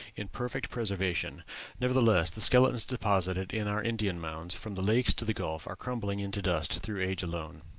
in perfect preservation nevertheless, the skeletons deposited in our indian mounds, from the lakes to the gulf, are crumbling into dust through age alone.